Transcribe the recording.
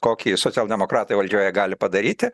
kokį socialdemokratai valdžioje gali padaryti